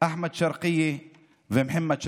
אחמד שרקייה ומוחמד שרקייה.